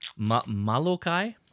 Malokai